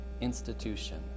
institution